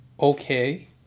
okay